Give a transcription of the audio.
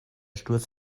sturz